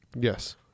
Yes